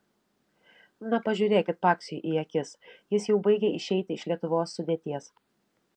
na pažiūrėkit paksiui į akis jis jau baigia išeiti iš lietuvos sudėties